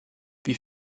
wie